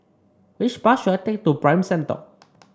which bus should I take to Prime Centre